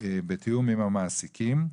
בתיאום עם המעסיקים.